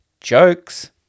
jokes